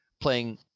playing